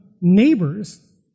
neighbors